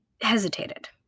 hesitated